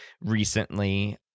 recently